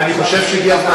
אני חושב שהגיע הזמן,